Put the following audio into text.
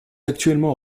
actuellement